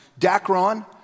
Dacron